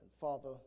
Father